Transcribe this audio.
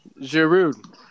Giroud